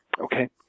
Okay